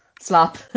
slop